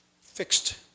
fixed